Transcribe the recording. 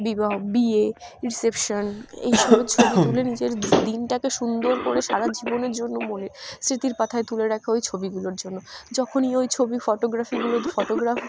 বিবাহ বিয়ে রিসেপশান এইসবের ছবি তুলে নিজের দিনটাকে সুন্দর করে সারা জীবনের জন্য মনের স্মৃতির পাথায় তুলে রাখে ওই ছবিগুলোর জন্য যখনই ওই ছবি ফটোগ্রাফিগুলোতে ফটোগ্রাফ